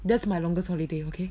that's my longest holiday okay